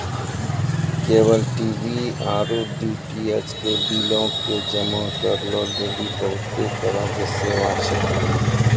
cable TV आरु DTH के बिलो के जमा करै लेली बहुते तरहो के सेवा छै